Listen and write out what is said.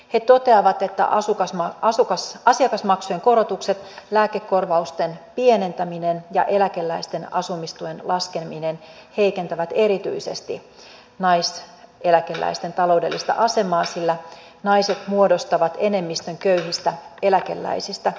he toteavat että asiakasmaksujen korotukset lääkekorvausten pienentäminen ja eläkeläisten asumistuen laskeminen heikentävät erityisesti naiseläkeläisten taloudellista asemaa sillä naiset muodostavat enemmistön köyhistä eläkeläisistä